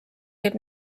võib